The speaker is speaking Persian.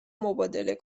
مبادله